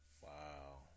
Wow